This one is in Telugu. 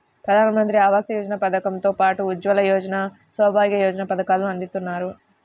ప్రధానమంత్రి ఆవాస యోజన పథకం తో పాటు ఉజ్వల యోజన, సౌభాగ్య యోజన పథకాలను అందిత్తన్నారు